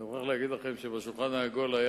אני מוכרח להגיד לכם בהזדמנות זו,